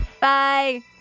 Bye